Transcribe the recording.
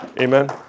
Amen